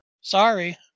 Sorry